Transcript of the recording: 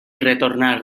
retornar